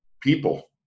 people